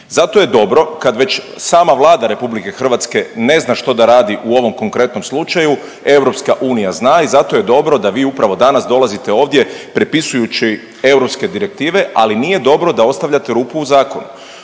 Zato je dobro, kad već sama Vlada RH ne zna što da radi u ovom konkretnom slučaju, EU zna i zato je dobro da bi upravo danas dolazite ovdje prepisujući EU direktive, ali nije dobro da ostavljate rupu u zakonu.